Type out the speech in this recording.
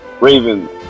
Ravens